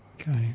Okay